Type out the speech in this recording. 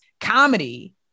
comedy